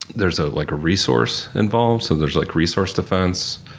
there's a like resource involved so there's like resource defense.